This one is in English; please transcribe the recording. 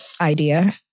idea